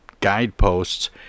guideposts